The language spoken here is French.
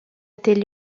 étaient